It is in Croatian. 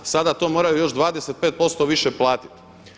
Sada to moraju još 25% više platiti.